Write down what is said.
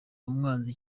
umwanzi